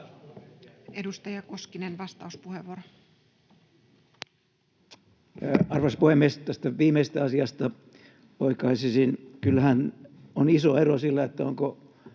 Edustaja Koskinen, vastauspuheenvuoro. Arvoisa puhemies! Tätä viimeistä asiaa oikaisisin. Kyllähän siinä on iso ero, onko